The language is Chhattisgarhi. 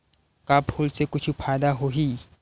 का फूल से कुछु फ़ायदा होही?